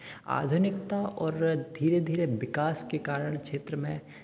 आधुनिकता और धीरे धीरे विकास के कारण क्षेत्र में